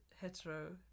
hetero